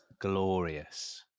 glorious